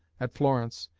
at florence,